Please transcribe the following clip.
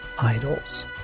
idols